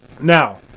now